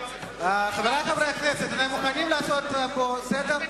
חברי חברי הכנסת, אתם מוכנים לעשות פה סדר?